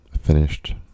finished